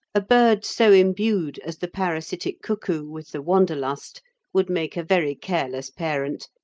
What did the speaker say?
a bird so imbued as the parasitic cuckoo with the wanderlust would make a very careless parent,